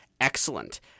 excellent